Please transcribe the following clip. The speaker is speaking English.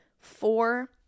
four